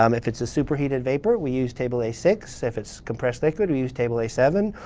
um if it's a superheated vapor, we use table a six. if it's compressed liquid, we use table a seven.